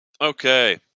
Okay